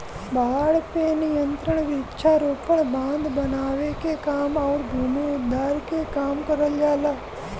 बाढ़ पे नियंत्रण वृक्षारोपण, बांध बनावे के काम आउर भूमि उद्धार के काम करल जाला